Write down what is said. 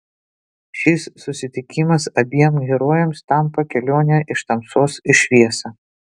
šis susitikimas abiem herojėms tampa kelione iš tamsos į šviesą